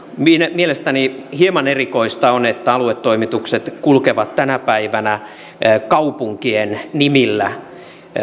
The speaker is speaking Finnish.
mielestäni hieman erikoista on että aluetoimitukset kulkevat tänä päivänä kaupunkien nimillä